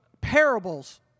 parables